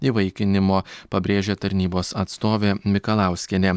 įvaikinimo pabrėžia tarnybos atstovė mikalauskienė